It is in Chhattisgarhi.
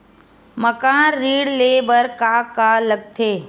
मकान ऋण ले बर का का लगथे?